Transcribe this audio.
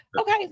Okay